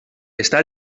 està